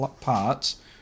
parts